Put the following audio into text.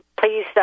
please